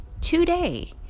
today